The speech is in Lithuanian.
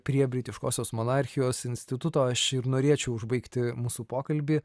prie britiškosios monarchijos instituto aš ir norėčiau užbaigti mūsų pokalbį